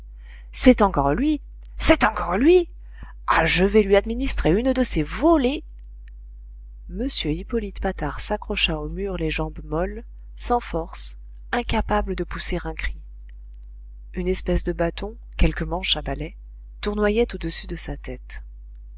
c'est encore lui c'est encore lui ah je vais lui administrer une de ces volées m hippolyte patard s'accrocha au mur les jambes molles sans force incapable de pousser un cri une espèce de bâton quelque manche à balai tournoyait au-dessus de sa tête